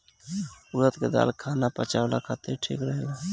उड़द के दाल खाना पचावला खातिर ठीक रहेला